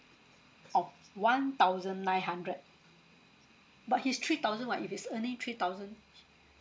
oh one thousand nine hundred but he's three thousand what if he's earning three thousand